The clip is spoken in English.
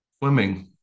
Swimming